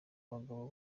abagabo